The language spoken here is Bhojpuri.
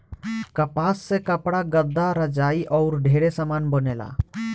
कपास से कपड़ा, गद्दा, रजाई आउर ढेरे समान बनेला